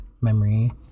memory